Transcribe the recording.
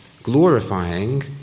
glorifying